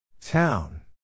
Town